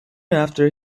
after